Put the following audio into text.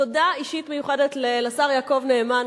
תודה אישית מיוחדת לשר יעקב נאמן,